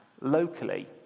locally